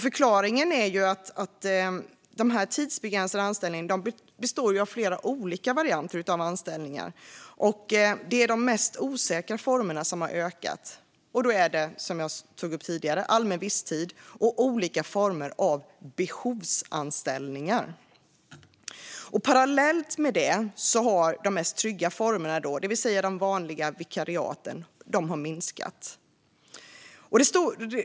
Förklaringen är att de tidsbegränsade anställningarna består av flera olika varianter av anställningar, och det är de mest osäkra formerna som har ökat. Det är, som jag tog upp tidigare, allmän visstid och olika former av behovsanställningar. Parallellt med detta har de tryggaste formerna, det vill säga de vanliga vikariaten, minskat.